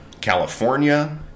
California